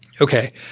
okay